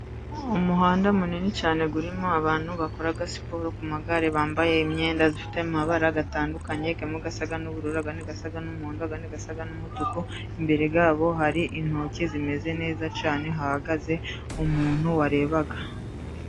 Umuhanda munini cyane, urimo abantu bakora siporo ku magare, bambaye imyenda ifite amabara atandukanye, amwe asa n'ubururu, andi asa n'umuhondo, andi asa n'umutuku. Imbere yabo hari intoki zimeze neza cyane, hahagaze umuntu warebaga.